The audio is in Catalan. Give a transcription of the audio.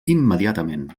immediatament